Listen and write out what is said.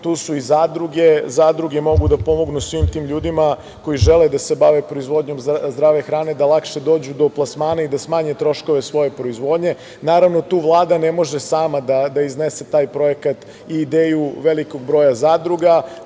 tu su i zadruge. Zadruge mogu da pomognu svim tim ljudima koji žele da se bave proizvodnjom zdrave hrane, da lakše dođu do plasmana i da smanje troškove svoje proizvodnje. Naravno, tu Vlada ne može sama da iznese taj projekat i ideju velikog broja zadruga.